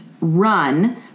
run